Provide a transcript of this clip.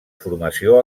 formació